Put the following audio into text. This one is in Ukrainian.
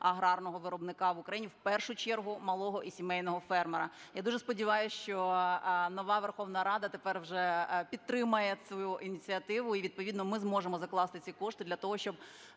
аграрного виробника в Україні, в першу чергу малого і сімейного фермера. Я дуже сподіваюсь, що нова Верховна Рада тепер вже підтримає цю ініціативу, і, відповідно, ми зможемо закласти ці кошти для того, щоб